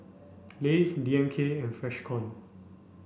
Lays D M K and Freshkon